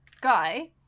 guy